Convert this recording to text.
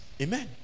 Amen